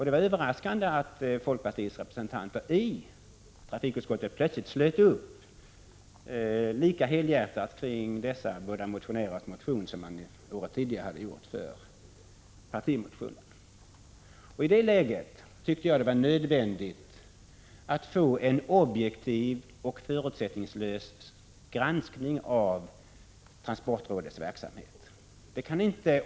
Det var överraskande att folkpartiets representanter i trafikutskottet plötsligt slöt upp lika helhjärtat kring dessa två motionärers motion som året dessförinnan kring partimotionen. I det läget var det nödvändigt att få en objektiv och förutsättningslös granskning av transportrådets verksamhet.